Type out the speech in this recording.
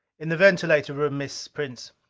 in the ventilator room, miss. prince.